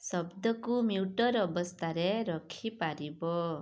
ଶବ୍ଦକୁ ମ୍ୟୁଟର୍ ଅବସ୍ଥାରେ ରଖି ପାରିବ